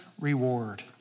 reward